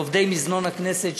לעובדי מזנון הכנסת,